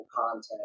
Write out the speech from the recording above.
content